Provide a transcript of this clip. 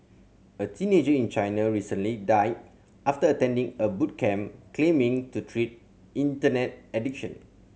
a teenager in China recently died after attending a boot camp claiming to treat Internet addiction